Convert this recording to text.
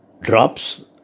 drops